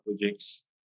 projects